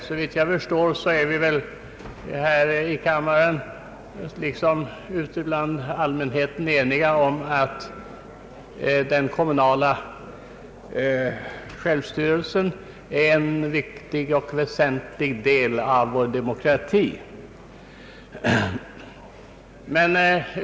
Såvitt jag förstår är vi här i kammaren, liksom allmänheten, ense om att den kommunala självstyrelsen är en viktig del av vår demokrati.